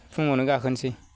फुङावनो गाखोनसै